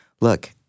look